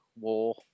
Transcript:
war